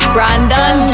Brandon